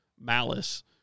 malice